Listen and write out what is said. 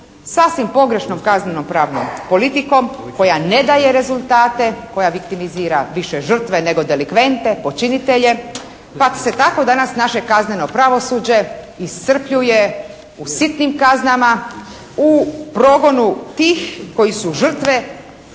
sasvim pogrešnom kazneno-pravnom politikom koja ne daje rezultate, koja viktimizira više žrtve nego delikventne, počinitelja. Pa se danas tako naše kazneno pravosuđe iscrpljuje u sitnim kaznama, u progonu tih koji su žrtve,